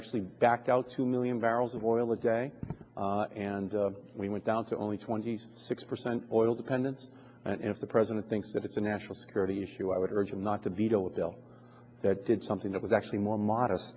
actually backed out two million barrels of oil a day and we went down to only twenty six percent oil dependence and if the president thinks that it's a national security issue i would urge him not to veto a bill that did something that was actually more modest